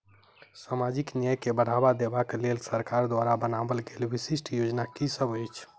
सामाजिक न्याय केँ बढ़ाबा देबा केँ लेल सरकार द्वारा बनावल गेल विशिष्ट योजना की सब अछि?